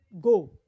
go